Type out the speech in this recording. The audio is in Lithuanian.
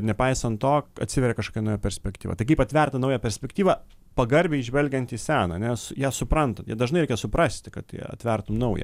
nepaisant to atsiveria kažkokia nauja perspektyva tai kaip atvert tą naują perspektyvą pagarbiai žvelgiant į seną nes ją suprant ją dažnai reikia suprasti kad ją atvertum naują